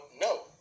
no